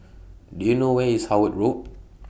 Do YOU know Where IS Howard Road